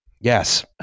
Yes